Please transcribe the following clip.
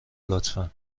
لطفا